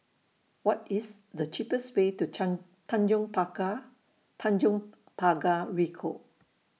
What IS The cheapest Way to Tanjong Pakar Tanjong Pagar Ricoh